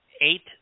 eight